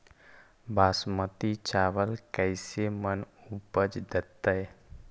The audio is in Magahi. बासमती चावल कैसे मन उपज देतै?